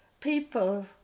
people